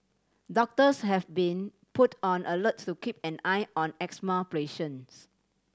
doctors have been put on alert to keep an eye on asthma patients